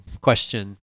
question